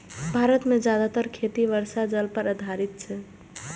भारत मे जादेतर खेती वर्षा जल पर आधारित छै